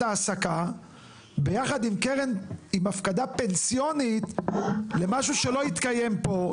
העסקה ביחד עם הפקדה פנסיונית למשהו שלא יתקיים פה.